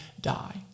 die